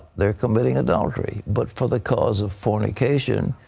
they're committing adultery. but for the cause of fornication,